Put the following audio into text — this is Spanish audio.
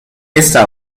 esta